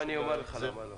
בוא אני אומר לך למה לא.